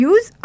Use